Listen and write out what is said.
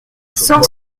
cent